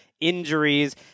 injuries